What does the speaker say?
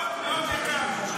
אדם מאוד יקר.